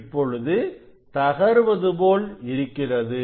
இப்பொழுது தகருவது போல் இருக்கிறது